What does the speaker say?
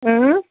اۭں